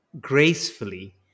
gracefully